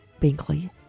Binkley